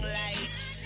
lights